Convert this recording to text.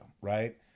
right